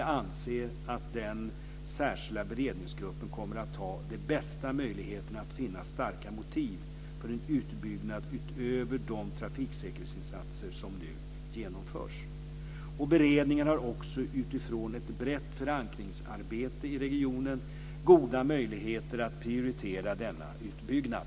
Jag anser att den särskilda beredningsgruppen kommer att ha de bästa möjligheterna att finna starka motiv för en utbyggnad utöver de trafiksäkerhetsinsatser som nu genomförs. Beredningen har också utifrån ett brett förankringsarbete i regionen goda möjligheter att prioritera denna utbyggnad.